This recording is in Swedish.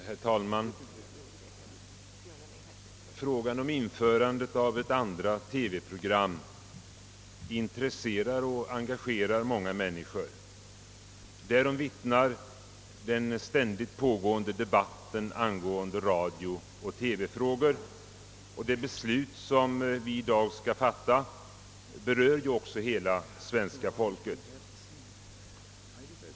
Herr talman! Frågan om införandet av ett andra TV-program intresserar och engagerar många människor. Därom vittnar den ständigt pågående debatten i radiooch TV-frågor. Det beslut som vi i dag skall fatta berör också hela svenska folket.